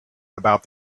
about